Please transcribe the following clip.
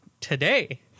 today